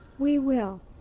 we will.